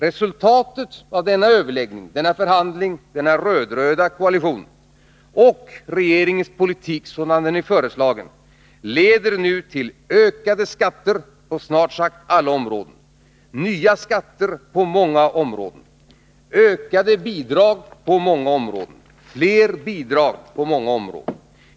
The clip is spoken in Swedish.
Resultatet av dessa överläggningar och överenskommelsen i denna röd-röda koalition och regeringens politik sådan den är föreslagen blir nu ökade skatter på snart sagt alla områden, nya skatter på många områden, ökade bidrag på många områden, fler bidrag på många områden.